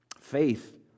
Faith